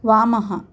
वामः